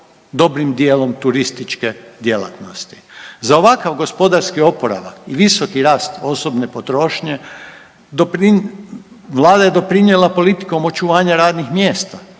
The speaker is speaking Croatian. dobrim dijelom turističke djelatnosti. Za ovakav gospodarski oporavak i visoki rast osobne potrošnje vlada je doprinijela politikom očuvanja radnih mjesta